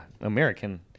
american